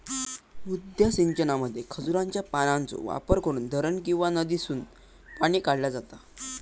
मुद्दा सिंचनामध्ये खजुराच्या पानांचो वापर करून धरण किंवा नदीसून पाणी काढला जाता